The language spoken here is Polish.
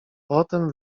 potem